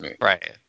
Right